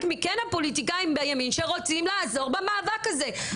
מהפוליטיקאים בימין שרוצים לעזור במאבק הזה.